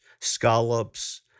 scallops